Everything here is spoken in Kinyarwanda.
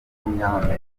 w’umunyamerika